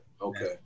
okay